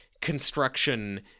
construction